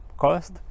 cost